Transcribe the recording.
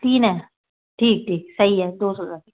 तीन है ठीक ठीक सही है दो सौ दस